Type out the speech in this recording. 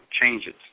changes